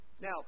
Now